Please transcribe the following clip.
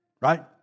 Right